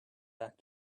back